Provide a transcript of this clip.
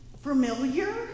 familiar